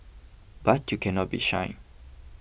but you cannot be shy